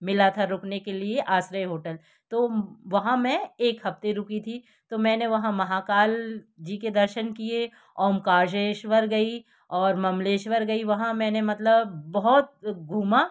मिला था रुकने के लिए आश्रय होटल तो वहाँ मै एक हफ्ते रुकी थी तो मैंने वहाँ महाकाल जी के दर्शन किये ओंकारेश्वर गई और म्मलेश्वर गई वहाँ मैंने मतलब बहुत घूमा